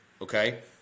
okay